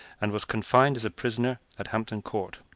and was confined as a prisoner at hampton court.